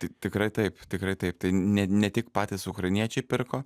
tai tikrai taip tikrai taip ne tik patys ukrainiečiai pirko